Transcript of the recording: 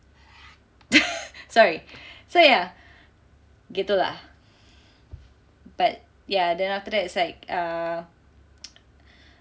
sorry so ya begitu lah but ya then after that it's like err